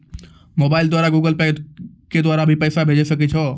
Mobile द्वारा Google Pay के द्वारा भी पैसा भेजै सकै छौ?